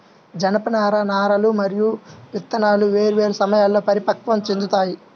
జనపనార నారలు మరియు విత్తనాలు వేర్వేరు సమయాల్లో పరిపక్వం చెందుతాయి